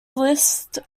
list